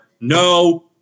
No